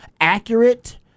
Accurate